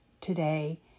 today